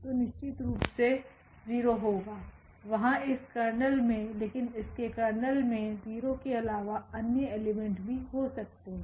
तो निश्चित रूप से 0 होगा वहाँइस कर्नेल में लेकिन इसके कर्नेल मे 0 के अलावा अन्य एलिमेंट भी हो सकते है